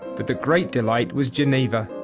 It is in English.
but the great delight was geneva.